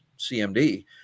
CMD